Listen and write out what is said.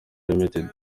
rtd